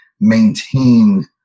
maintain